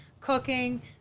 cooking